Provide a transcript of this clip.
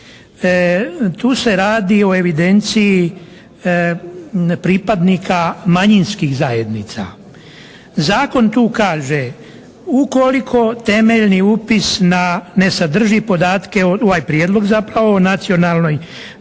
Tu se radi o evidenciji pripadnika manjinskih zajednica. Zakon tu kaže ukoliko temeljni upis ne sadrži podatke, ovaj Prijedlog zapravo, o nacionalnoj